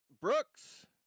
Brooks